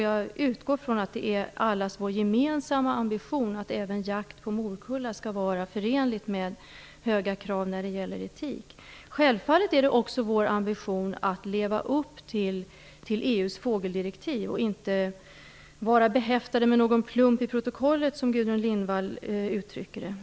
Jag utgår ifrån att det är allas vår gemensamma ambition att även jakt på morkulla skall vara förenlig med höga krav när det gäller etik. Det är självfallet också vår ambition att leva upp till EU:s fågeldirektiv och inte vara behäftade med någon plump i protokollet som Gudrun Lindvall uttrycker det.